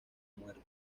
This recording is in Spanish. muerte